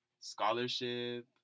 scholarship